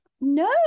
No